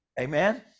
Amen